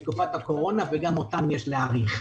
בתקופת הקורונה, וגם אותם יש להאריך.